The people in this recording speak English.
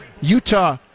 utah